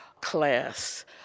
class